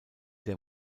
der